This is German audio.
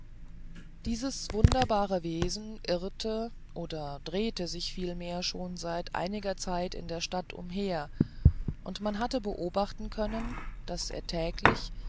dieses wunderbare wesen irrte oder drehte sich vielmehr schon seit einiger zeit in der stadt umher und man hatte beobachten können daß er täglich